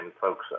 folks